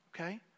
okay